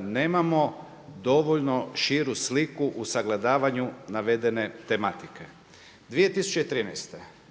nemamo dovoljno širu sliku u sagledavanju navedene tematike. 2013.